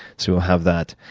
so we'll have that.